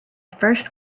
first